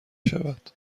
بشود